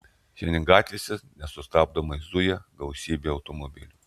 šiandien gatvėse nesustabdomai zuja gausybė automobilių